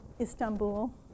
Istanbul